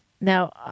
Now